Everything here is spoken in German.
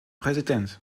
präsident